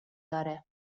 داره